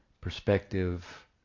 perspective